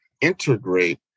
integrate